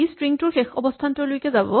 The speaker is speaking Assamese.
ই ষ্ট্ৰিং টোৰ শেষৰ অৱস্হানটোলৈকে যাব